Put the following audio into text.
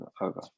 over